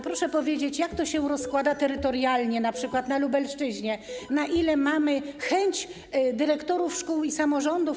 Proszę powiedzieć, jak to się rozkłada terytorialnie, np. na Lubelszczyźnie, jaka jest chęć dyrektorów szkół i samorządów.